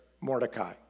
Mordecai